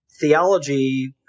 theology